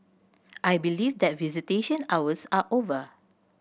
I believe that visitation hours are over